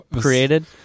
created